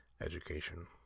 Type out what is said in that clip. Education